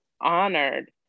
honored